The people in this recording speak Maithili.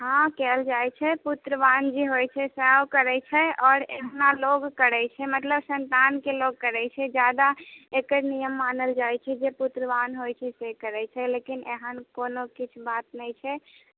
हँ कएल जाइ छै पुत्रवान जे होइ छै सब करै छै आओर एतना लोक करै छै मतलब सन्तानके लोक करै छै ज्यादा एकर नियम मानल जाइ छै जे पुत्रवान होइ छै से करै छै लेकिन एहन कोनो किछु बात नहि छै